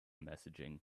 messaging